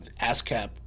ASCAP